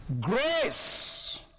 Grace